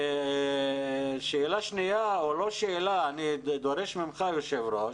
אני דורש ממך, היושב-ראש,